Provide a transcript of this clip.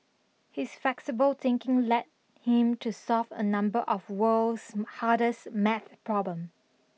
his flexible thinking led him to solve a number of world's hardest maths problem